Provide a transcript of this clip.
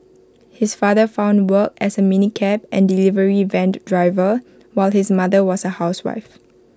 his father found work as A minicab and delivery veined driver while his mother was A housewife